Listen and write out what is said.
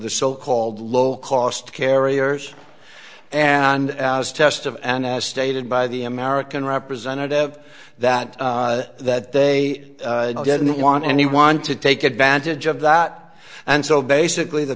the so called low cost carriers and test of and as stated by the american representative that that they didn't want anyone to take advantage of that and so basically the